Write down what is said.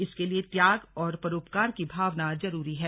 इसके लिए त्याग और परोपकार की भावना जरूरी है